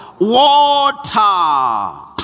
Water